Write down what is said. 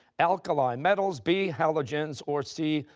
alkali metals, b, halogens, or c,